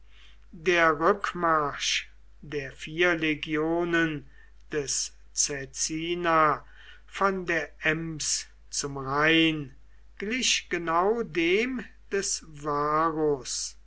der rückmarsch der vier legionen des caecina von der ems zum rhein glich genau dem des varus